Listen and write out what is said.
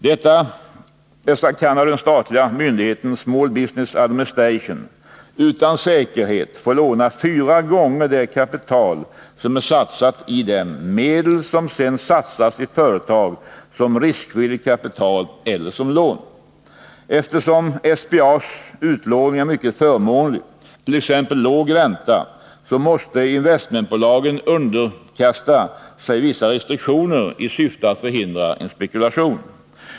Dessa kan av den statliga myndigheten Small Business Administration utan säkerhet få låna fyra gånger det kapital som är satsat i dem — medel som sedan satsas i företag som riskvilligt kapital eller som lån. Eftersom SBA:s utlåning är mycket förmånlig — t.ex. låg ränta — måste investmentbolagen underkasta sig vissa restriktioner i syfte att förhindra spekulation.